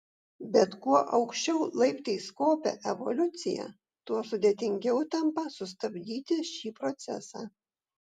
bet kuo aukščiau laiptais kopia evoliucija tuo sudėtingiau tampa sustabdyti šį procesą